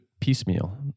piecemeal